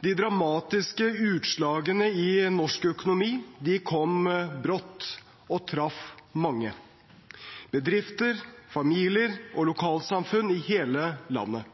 De dramatiske utslagene i norsk økonomi kom brått og traff mange – bedrifter, familier og lokalsamfunn i hele landet.